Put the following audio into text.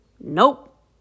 Nope